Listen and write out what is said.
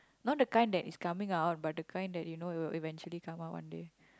not the kind that is coming out but the kind that you know it will eventually come out one day